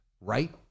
right